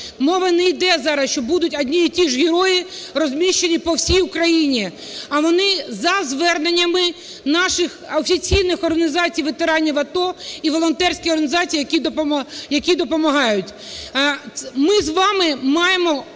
Мова не йде зараз, що будуть одні і ті ж герої розміщені по всій Україні. А вони за зверненнями наших офіційних організацій ветеранів АТО і волонтерських організацій, які допомагають. Ми з вами маємо